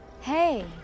Hey